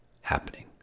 happening